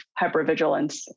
hypervigilance